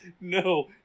no